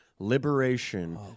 Liberation